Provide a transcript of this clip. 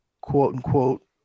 quote-unquote